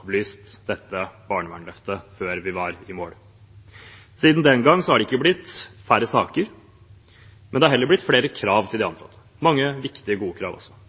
avlyste dette Barnevernsløftet før vi var i mål. Siden den gang er det ikke blitt færre saker, det er heller blitt flere krav til de ansatte – mange viktige og gode krav også –